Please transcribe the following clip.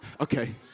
okay